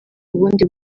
ubundi